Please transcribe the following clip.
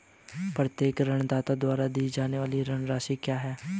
प्रत्येक ऋणदाता द्वारा दी जाने वाली ऋण राशि क्या है?